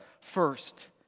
first